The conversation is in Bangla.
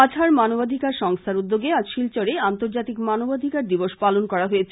কাছাড় মানবাধীকার সংস্থার উদ্যোগে আজ শিলচরে আন্তর্জাতিক মানবাধীকার দিবস পালন করা হয়েছে